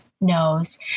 knows